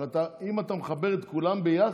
אבל אם אתה מחבר את כולם ביחד,